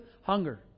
hunger